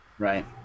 Right